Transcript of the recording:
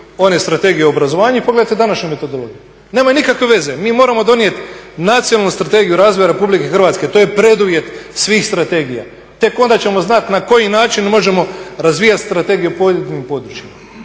one Strategije obrazovanja i pogledajte današnju metodologiju. Nemaju nikakve veze. Mi moramo donijeti nacionalnu strategiju razvoja RH to je preduvjet svih strategija, tek onda ćemo znati na koji način možemo razvijati strategije u pojedinim